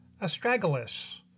Astragalus